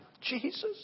Jesus